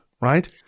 right